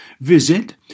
Visit